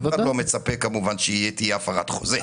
אף אחד לא מצפה כמובן שתהיה הפרת חוזה.